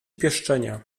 pieszczenia